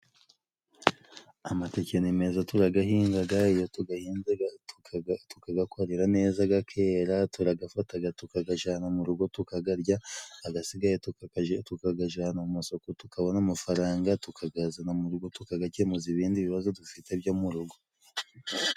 Amateke ni meza turagahingaga, iyo tugahinzega tukagakorera neza gakera, turagafataga tukagajana mu rugo, tukagarya, agasigaye tukagajana mu isoko, tukabona amafaranga, tukagazana mu rugo tukagakemuza ibindi bibazo dufite byo mu rugo.